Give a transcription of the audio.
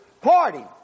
party